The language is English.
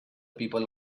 people